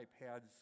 iPads